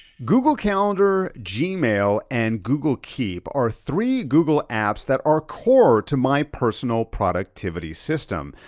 google calendar, gmail and google keep are three google apps that are core to my personal productivity system.